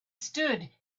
stood